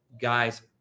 guys